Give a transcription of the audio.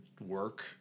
work